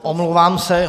Omlouvám se.